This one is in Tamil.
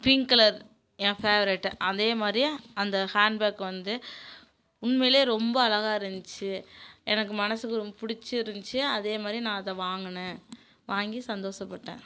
பிங்க் கலர் என் ஃபேவரேட்டு அதே மாதிரி அந்த ஹேண்ட் பேக் வந்து உண்மையிலே ரொம்ப அழகாக இருந்துச்சி எனக்கு மனசுக்கு ரொம் பிடிச்சி இருந்துச்சி அதே மாதிரி நான் அதை வாங்கினேன் வாங்கி சந்தோசப்பட்டேன்